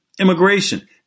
immigration